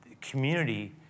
Community